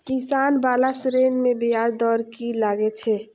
किसान बाला ऋण में ब्याज दर कि लागै छै?